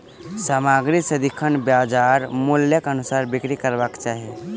सामग्री सदिखन बजार मूल्यक अनुसार बिक्री करबाक चाही